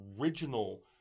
original